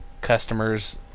customers